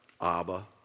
abba